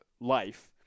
life